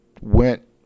went